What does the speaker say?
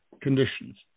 conditions